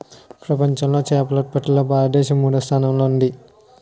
ప్రపంచంలో చేపల ఉత్పత్తిలో భారతదేశం మూడవ స్థానంలో ఉంది